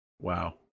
Wow